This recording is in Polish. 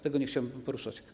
Tego nie chciałbym poruszać.